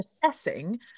processing